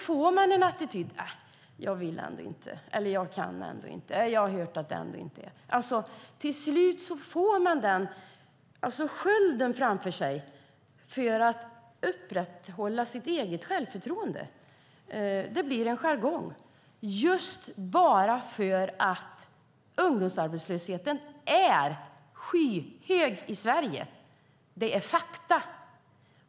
De intar attityden att de ändå inte kan eller inte vill. Till slut får de en sköld framför sig för att upprätthålla sitt eget självförtroende. Det blir en jargong just för att ungdomsarbetslösheten är skyhög i Sverige. Det är fakta.